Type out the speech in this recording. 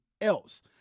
else